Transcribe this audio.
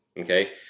Okay